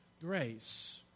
Grace